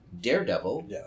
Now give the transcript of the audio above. Daredevil